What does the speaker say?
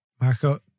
Marco